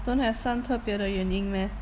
don't have some 特别的原因 meh